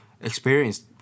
experienced